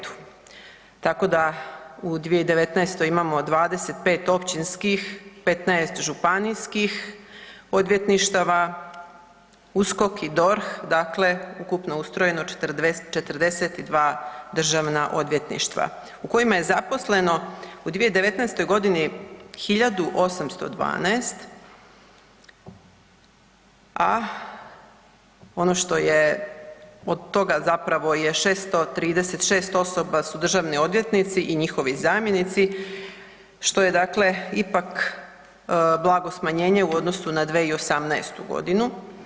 Tako da u 2019. imamo 25 općinskih, 15 županijskih odvjetništava, USKOK i DORH dakle ukupno ustrojeno 42 državna odvjetništva u kojima je zaposleno u 2019. godini 1.812, a ono što je od toga zapravo je 636 osoba su državni odvjetnici i njihovi zamjenici što je dakle ipak blago smanjenje u odnosu na 2018. godinu.